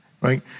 right